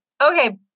Okay